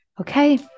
Okay